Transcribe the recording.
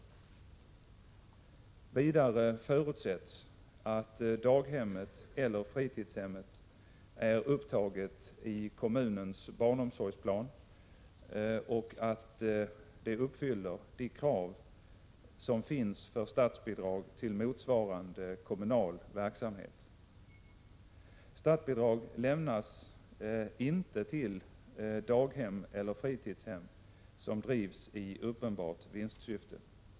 Vidare förutsätts att daghemmet eller fritidshemmet är upptaget i kommunens barnomsorgsplan och att det uppfyller de krav som finns för statsbidrag till motsvarande kommunal verksamhet. Statsbidrag lämnas inte till daghem eller fritidshem som drivs i uppenbart vinstsyfte.